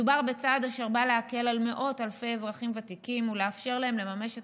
מדובר בצעד אשר בא להקל על מאות אלפי אזרחים ותיקים ולאפשר להם לממש את